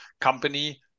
company